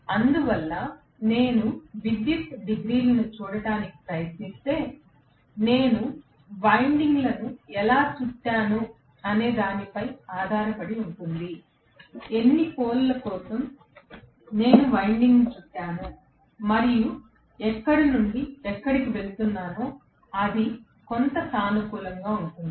అందువల్ల నేను విద్యుత్తు డిగ్రీలను చూడటానికి ప్రయత్నిస్తే నేను వైండింగ్లను ఎలా చుట్టాను అనే దానిపై ఆధారపడి ఉంటుంది ఎన్నిపోల్ ల కోసం నేను వైండింగ్ను చుట్టాను మరియు ఎక్కడి నుండి ఎక్కడికి వెళుతున్నానో అది కొంత సానుకూలంగా ఉంటుంది